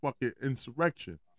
insurrection